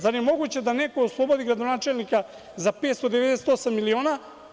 Zar je moguće da neko oslobodi gradonačelnika 598 miliona.